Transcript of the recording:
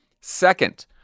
Second